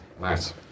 Nice